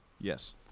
Yes